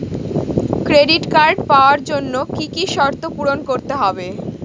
Credit card পাওয়ার জন্য কি কি শর্ত পূরণ করতে হবে?